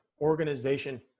organization